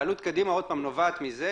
העלות קדימה נובעת מזה,